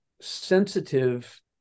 sensitive